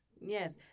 Yes